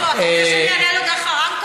לא, אתה רוצה שאני אענה לו דרך הרמקול?